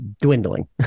dwindling